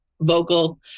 vocal